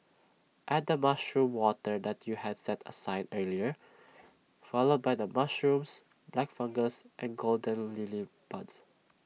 add the mushroom water that you had set aside earlier followed by the mushrooms black fungus and golden lily buds